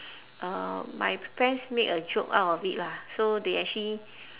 uh my friends make a joke out of it lah so they actually